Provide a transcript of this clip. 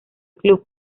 club